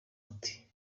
ati